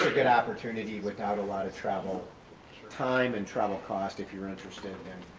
good opportunity without a lot of travel time and travel cost. if you're interested in,